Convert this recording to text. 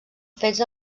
fets